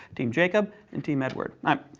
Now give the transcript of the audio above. team jacob and team edward. no. um